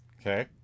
Okay